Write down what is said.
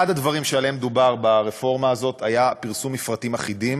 אחד הדברים שעליהם דובר ברפורמה הזאת היה פרסום מפרטים אחידים,